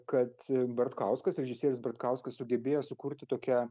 kad bartkauskas režisierius bartkauskas sugebėjo sukurti tokią